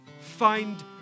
find